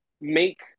make